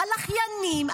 על אחיינים,